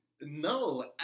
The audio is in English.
no